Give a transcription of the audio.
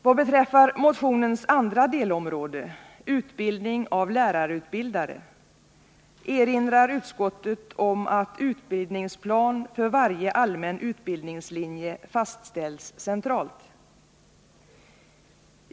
Vad beträffar motionens andra delområde — utbildning av lärarutbildare — erinrar utskottet om att utbildningsplan för varje allmän utbildningslinje fastställs centralt.